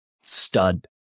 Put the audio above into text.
stud